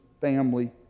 family